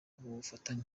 ubufatanye